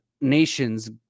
nations